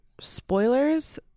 spoilers